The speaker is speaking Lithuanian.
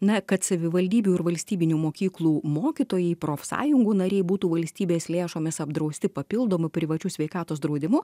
na kad savivaldybių ir valstybinių mokyklų mokytojai profsąjungų nariai būtų valstybės lėšomis apdrausti papildomu privačiu sveikatos draudimu